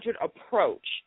approach